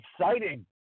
Exciting